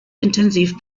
intensiv